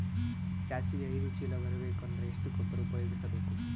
ಸಾಸಿವಿ ಐದು ಚೀಲ ಬರುಬೇಕ ಅಂದ್ರ ಎಷ್ಟ ಗೊಬ್ಬರ ಉಪಯೋಗಿಸಿ ಬೇಕು?